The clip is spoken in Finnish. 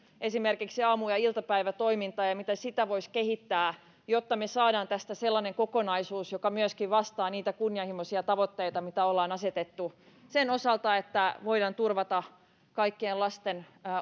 esimerkiksi miten aamu ja iltapäivätoimintaa voisi kehittää jotta saadaan tästä sellainen kokonaisuus joka myöskin vastaa niitä kunnianhimoisia tavoitteita mitä ollaan asetettu sen osalta että voidaan turvata kaikkien lasten